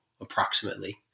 approximately